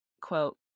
quote